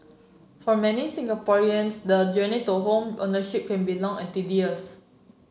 for many Singaporeans the journey to home ownership can be long and tedious